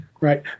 right